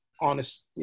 honest